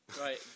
Right